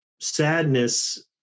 sadness